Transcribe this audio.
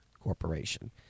Corporation